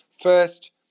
first